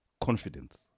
confidence